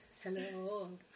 Hello